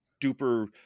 duper